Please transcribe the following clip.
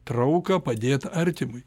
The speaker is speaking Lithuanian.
trauką padėt artimui